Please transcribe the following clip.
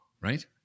right